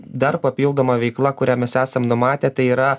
dar papildoma veikla kurią mes esam numatę tai yra